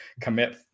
commit